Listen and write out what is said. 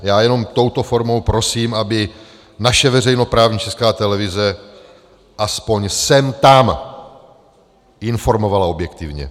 Já jenom touto formou prosím, aby naše veřejnoprávní Česká televize aspoň sem tam informovala objektivně.